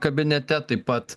kabinete taip pat